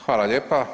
Hvala lijepa.